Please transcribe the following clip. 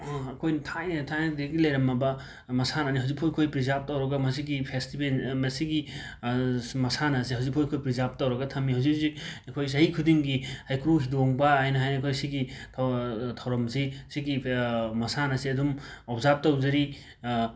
ꯑꯩꯈꯣꯏꯅ ꯊꯥꯏꯅ ꯊꯥꯏꯅꯗꯒꯤ ꯂꯩꯔꯝꯃꯕ ꯃꯁꯥꯟꯅꯅꯤ ꯍꯨꯖꯤꯛꯐꯥꯎ ꯑꯩꯈꯣꯏ ꯄ꯭ꯔꯤꯖꯥꯔꯞ ꯇꯧꯔꯒ ꯃꯁꯤꯒꯤ ꯐꯦꯁꯇꯤꯕꯦꯜ ꯃꯁꯤꯒꯤ ꯃꯁꯥꯟꯅꯁꯦ ꯍꯨꯖꯤꯐꯥꯎ ꯑꯩꯈꯣꯏ ꯄ꯭ꯔꯤꯖꯥꯔꯞ ꯇꯧꯔꯒ ꯊꯝꯃꯤ ꯍꯨꯖꯤꯛ ꯍꯨꯖꯤꯛ ꯑꯩꯈꯣꯏ ꯆꯍꯤ ꯈꯨꯗꯤꯡꯒꯤ ꯍꯩꯀ꯭ꯔꯨ ꯍꯤꯗꯣꯡꯕ ꯍꯥꯏꯅ ꯍꯥꯏꯅ ꯑꯩꯈꯣꯏ ꯑꯁꯤꯒꯤ ꯊꯧꯔꯝꯁꯤ ꯁꯤꯒꯤ ꯃꯁꯥꯟꯅꯁꯦ ꯑꯗꯨꯝ ꯑꯣꯞꯖꯥꯔꯞ ꯇꯧꯖꯔꯤ